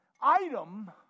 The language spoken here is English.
item